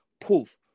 Poof